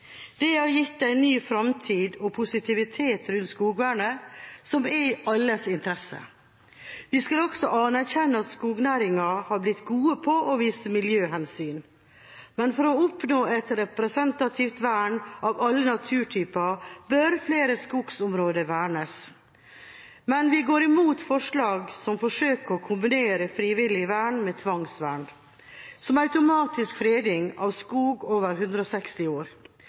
Det har gitt en ny framtid og positivitet rundt skogvernet, som er i alles interesse. Vi skal også anerkjenne at skognæringen har blitt god på å vise miljøhensyn. For å oppnå et representativt vern av alle naturtyper bør flere skogsområder vernes, men vi går imot forslag som forsøker å kombinere frivillig vern med tvangsvern, som automatisk freding av skog over 160 år.